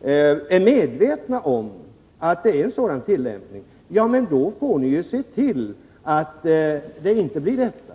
är medvetna om att det är en sådan tillämpning får de se till att det inte blir så.